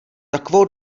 takovou